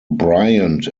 bryant